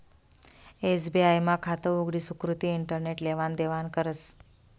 SBI मा खातं उघडी सुकृती इंटरनेट लेवान देवानं करस